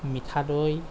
মিঠা দৈ